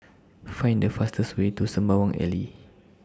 Find The fastest Way to Sembawang Alley